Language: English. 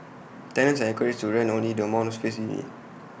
tenants are encouraged to rent only the amount of space they need